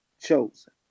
chosen